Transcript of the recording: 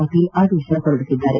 ಪಾಟೀಲ್ ಆದೇಶ ಹೊರಡಿಸಿದ್ದಾರೆ